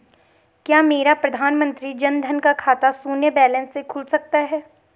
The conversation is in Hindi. क्या मेरा प्रधानमंत्री जन धन का खाता शून्य बैलेंस से खुल सकता है?